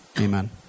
amen